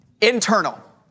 Internal